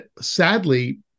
sadly